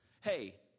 Hey